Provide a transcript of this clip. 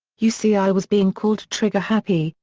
you see i was being called trigger-happy,